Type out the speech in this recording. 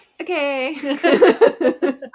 Okay